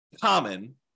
common